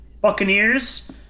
Buccaneers